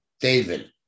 David